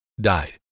died